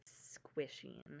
squishing